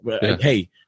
Hey